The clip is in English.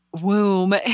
womb